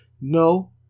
No